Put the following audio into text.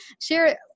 share